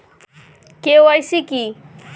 KYC কী?